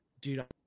dude